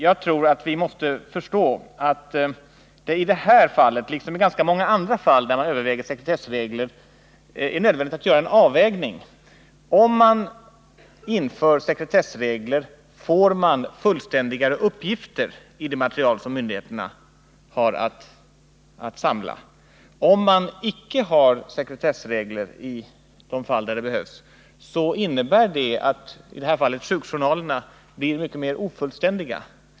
Jag tror att vi måste förstå att det i detta fall, liksom i ganska många andra fall där man överväger sekretessregler, är nödvändigt att göra en avvägning. Om man inför sekretessregler, får man fullständigare uppgifter i det material som myndigheterna har att samla. Om man icke har sekretessregler i det fall där det behövs, innebär detta att materialet — i det här fallet sjukjournalerna — blir mycket mer ofullständigt.